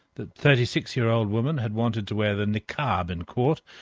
the thirty six year old woman had wanted to wear the niqab in court,